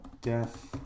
death